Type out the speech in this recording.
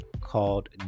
called